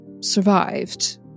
survived